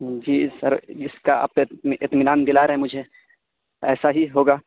جی sir اس کا آپ اطمینان دلا رے ہیں مجھے ایسا ہی ہوگا